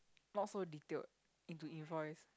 not so detailed into invoice